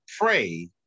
pray